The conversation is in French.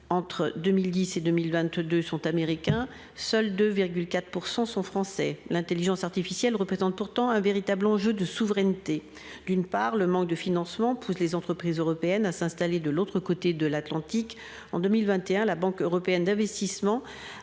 entre 2010 et 2022 sont américains, seuls 2,4% sont français. L'Intelligence artificielle représente pourtant un véritable enjeu de souveraineté, d'une part le manque de financement pour les entreprises européennes à s'installer de l'autre côté de l'Atlantique en 2021 la Banque européenne d'investissement